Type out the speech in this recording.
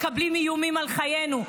מקבלים איומים על חיינו,